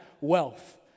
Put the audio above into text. wealth